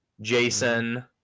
jason